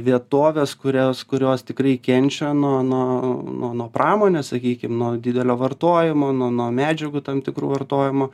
vietovės kurios kurios tikrai kenčia nuo nuo nuo nuo pramonės sakykim nuo didelio vartojimo nuo nuo medžiagų tam tikrų vartojimo